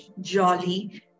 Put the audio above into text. jolly